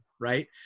right